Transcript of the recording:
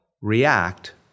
react